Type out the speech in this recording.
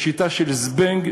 בשיטה של "זבנג".